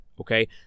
Okay